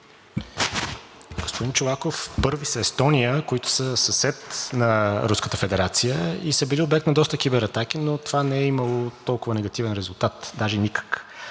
Господин Чолаков, първи са Естония, които са съсед на Руската федерация и са били обект на доста кибератаки, но това не е имало толкова негативен резултат, даже никак.